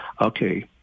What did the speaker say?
Okay